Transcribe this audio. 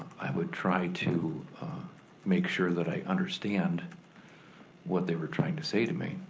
i would try to make sure that i understand what they were trying to say to me,